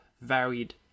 varied